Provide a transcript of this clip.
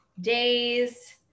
days